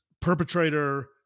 perpetrator